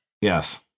Yes